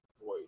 voice